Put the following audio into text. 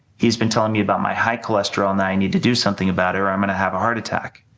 he's been telling me about my high cholesterol and i need to do something about it or i'm going to have a heart attack.